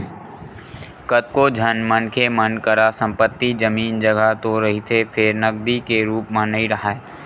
कतको झन मनखे मन करा संपत्ति, जमीन, जघा तो रहिथे फेर नगदी के रुप म नइ राहय